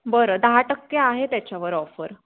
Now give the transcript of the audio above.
बरं दहा टक्के आहे त्याच्यावर ऑफर